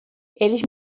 eles